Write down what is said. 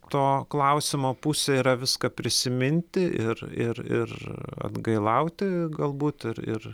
to klausimo pusė yra viską prisiminti ir ir ir atgailauti galbūt ir ir